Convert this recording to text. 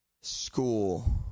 school